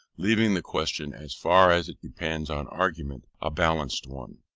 leaving the question, as far as it depends on argument, a balanced one.